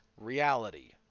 reality